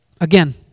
Again